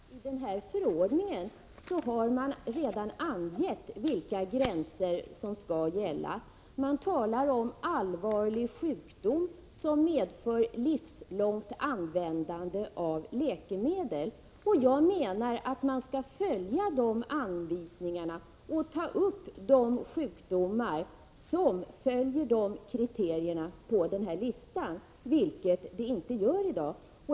Herr talman! I den förordningen har man redan angett vilka gränser som skall gälla. Det talas om ”allvarlig sjukdom som medfört livslångt användande av läkemedel”. Jag menar att man skall följa anvisningarna och ta upp de sjukdomar som fyller kriterierna på denna lista — vilket inte sker i dag.